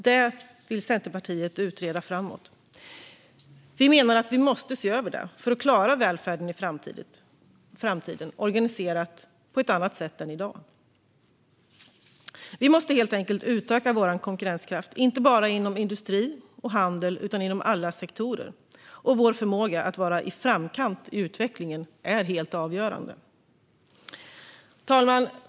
Det vill Centerpartiet utreda framåt. Vi menar att vi måste se över det för att klara välfärden i framtiden, organiserad på ett annat sätt än i dag. Vi måste helt enkelt öka vår konkurrenskraft inte bara inom industri och handel utan inom alla sektorer. Vår förmåga att vara i framkant i utvecklingen är helt avgörande. Herr talman!